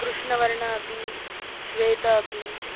कृष्णवर्णः अपि श्वेतः अपि